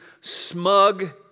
smug